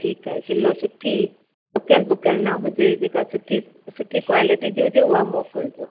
ठीकु आहे किलो सुठी टुकियल वुकियल न हुजे जेका सुठी सुठी क्वालिटी जी हुजे उहा मोकिलिजो